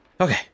Okay